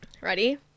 ready